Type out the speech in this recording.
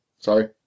Sorry